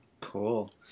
Cool